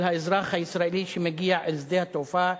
של האזרח הישראלי, שמגיע לשדה התעופה,